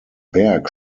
berg